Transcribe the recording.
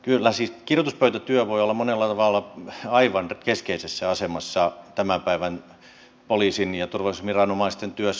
kyllä siis kirjoituspöytätyö voi olla monella tavalla aivan keskeisessä asemassa tämän päivän poliisin ja turvallisuusviranomaisten työssä